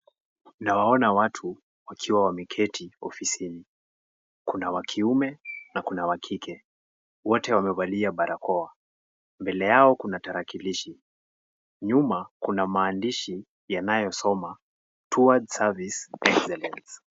Nawaona watu wakiwa wameketi ofisini. Kuna wa kiume na kuna wa kike. Wote wamevalia barakoa. Mbele yao kuna tarakilishi. Nyuma, kuna maandishi yanayosoma, towards service excellence .